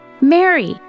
Mary